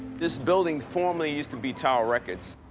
this building formerly used to be tower records.